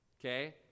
Okay